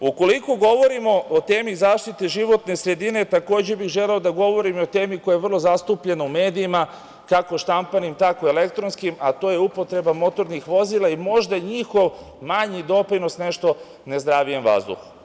Ukoliko govorimo o temi zaštite životne sredine, takođe bih želeo da govorim i o temi koja je vrlo zastupljena u medijima, kako štampanim, tako i elektronskim, a to je upotreba motornih vozila i možda njihov manji doprinos nešto nezdravijem vazduhu.